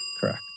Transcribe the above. Correct